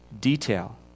detail